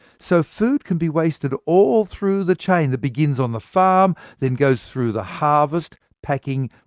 so food can be wasted all through the chain that begins on the farm, then goes through the harvest, packing,